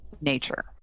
nature